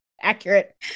Accurate